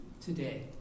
today